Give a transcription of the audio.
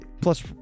plus